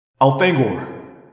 Alfengor